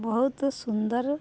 ବହୁତ ସୁନ୍ଦର